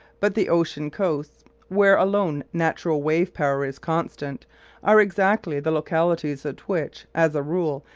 but the ocean coasts where alone natural wave-power is constant are exactly the localities at which, as a rule,